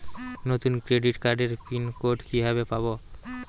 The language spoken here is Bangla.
নতুন ক্রেডিট কার্ডের পিন কোড কিভাবে পাব?